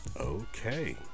Okay